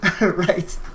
Right